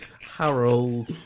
Harold